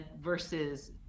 versus